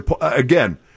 again